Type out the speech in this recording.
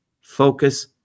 focus